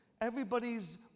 Everybody's